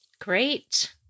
great